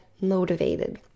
motivated